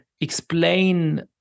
explain